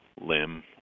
limb